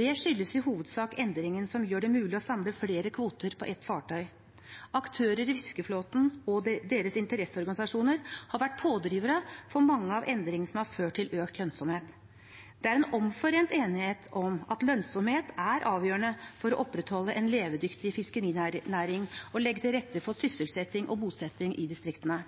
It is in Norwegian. Det skyldes i hovedsak endringen som gjør det mulig å samle flere kvoter på ett fartøy. Aktører i fiskeflåten og deres interesseorganisasjoner har vært pådrivere for mange av endringene som har ført til økt lønnsomhet. Det er en enighet om at lønnsomhet er avgjørende for å opprettholde en levedyktig fiskerinæring og å legge til rette for sysselsetting og bosetting i distriktene.